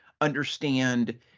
understand